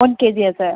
one கேஜியா sir